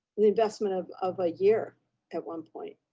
the investment of of a year at one point.